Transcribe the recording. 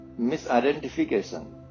misidentification